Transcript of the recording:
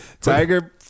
tiger